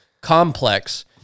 complex